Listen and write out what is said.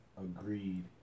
agreed